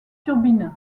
turbines